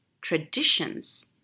traditions